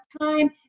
time